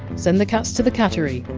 send the cats to the cattery.